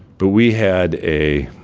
but we had a